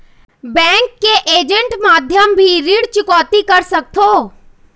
Bank के agent माध्यम भी ऋण चुकौती कर सकथों?